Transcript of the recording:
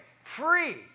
free